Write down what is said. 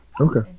Okay